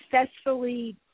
successfully